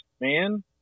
man